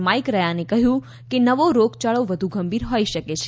Mike રયાને કહ્યું કે નવો રોગયાળો વધુ ગંભીર હોઈ શકે છે